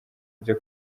byo